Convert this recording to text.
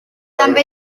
també